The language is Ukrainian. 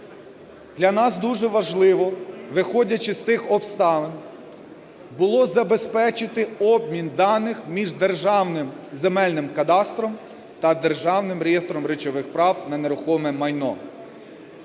Для нас дуже важливо, виходячи з цих обставин, було забезпечити обмін даних між Державним земельним кадастром та у Державним реєстром речових прав на нерухоме майно.